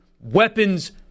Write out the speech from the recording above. Weapons